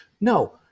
No